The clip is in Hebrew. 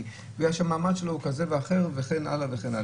בגלל שהמעמד שלו הוא כזה או אחר וכן הלאה.